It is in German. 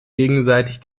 gegenseitig